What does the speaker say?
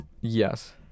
Yes